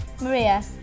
Maria